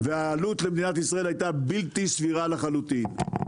והעלות למדינת ישראל היתה בלתי סבירה לחלוטין.